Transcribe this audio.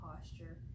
posture